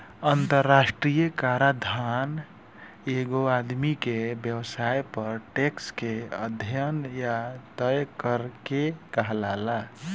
अंतरराष्ट्रीय कराधान एगो आदमी के व्यवसाय पर टैक्स के अध्यन या तय करे के कहाला